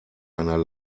einer